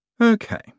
Okay